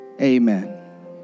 amen